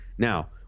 Now